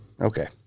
Okay